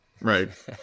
right